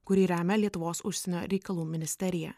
kurį remia lietuvos užsienio reikalų ministerija